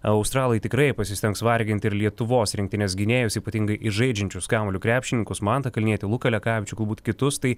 australai tikrai pasistengs varginti ir lietuvos rinktinės gynėjus ypatingai žaidžiančius kamuoliu krepšininkus mantą kalnietį luką lekavičių galbūt kitus tai